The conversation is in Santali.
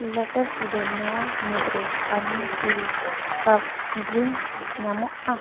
ᱞᱮᱴᱟᱨ ᱴᱩᱰᱮ ᱱᱚᱣᱟ ᱢᱩᱫᱽᱨᱮ ᱟᱢᱩᱞ ᱠᱩᱞ ᱠᱮᱯᱷᱮᱹ ᱰᱨᱤᱝᱠ ᱧᱟᱢᱚᱜᱼᱟ